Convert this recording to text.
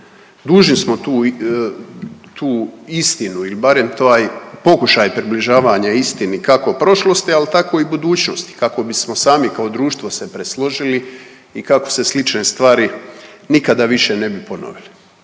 Dužni smo tu istinu ili barem taj pokušaj približavanja istini kako prošlosti, ali tako i budućnosti kako bismo sami kao društvo se presložili i kako se slične stvari nikada više ne bi ponovile.